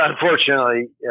unfortunately